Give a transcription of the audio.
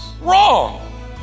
wrong